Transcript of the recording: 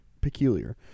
peculiar